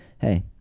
Hey